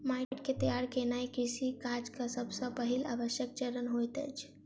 माइट के तैयार केनाई कृषि काजक सब सॅ पहिल आवश्यक चरण होइत अछि